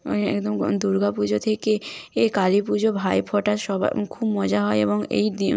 মানে একদম দুর্গাপুজো থেকে এ কালীপুজো ভাইফোঁটা সবার খুব মজা হয় এবং এই দিয়ে